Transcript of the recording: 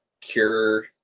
cure